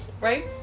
right